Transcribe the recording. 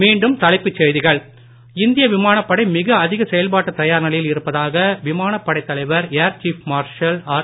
மீண்டும் தலைப்புச் செய்திகள் இந்திய விமானப்படை மிக அதிக செயல்பாட்டுத் தயார் நிலையில் இருப்பதாக விமானப்படைத் தலைவர் ஏர்சீப் மார்ஷல் ஆர்